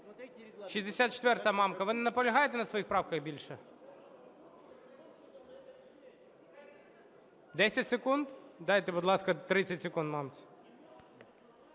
64-а, Мамка. Ви не наполягаєте на своїх правках більше? 10 секунд? Дайте, будь ласка, 30 секунд Мамці.